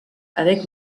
avec